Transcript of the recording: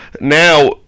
now